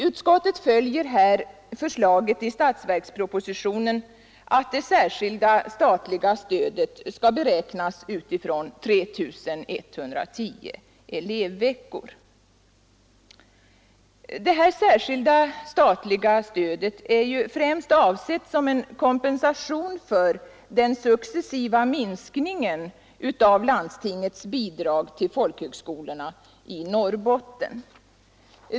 Utskottet följer här förslaget i statsverkspropositionen att det särskilda statliga stödet skall beräknas utifrån 3 110 elevveckor. Det särskilda statliga stödet är främst avsett som en kompensation för den successiva minskningen av landstingets bidrag till folkhögskolorna i Norrbotten.